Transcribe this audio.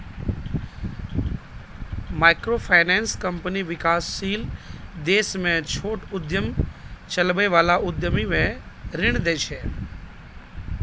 microfinance company विकासशील देश मे छोट उद्यम चलबै बला उद्यमी कें ऋण दै छै